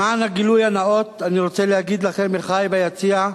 למען הגילוי הנאות אני רוצה להגיד לכם, אחי ביציע,